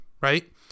Right